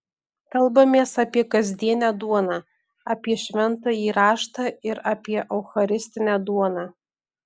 kalbamės apie kasdienę duoną apie šventąjį raštą ir apie eucharistinę duoną